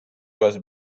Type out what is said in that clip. was